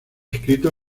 escrito